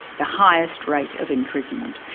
the highest rate of imprisonment.